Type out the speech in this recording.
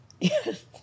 Yes